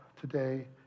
today